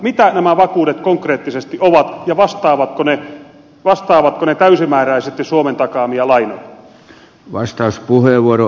mitä nämä vakuudet konkreettisesti ovat ja vastaavatko ne täysimääräisesti suomen takaamia lainoja